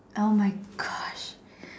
oh my Gosh